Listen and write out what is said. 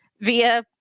via